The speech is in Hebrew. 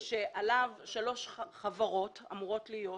שעליו שלוש חברות אמורות להציב אנטנות,